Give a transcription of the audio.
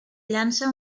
llança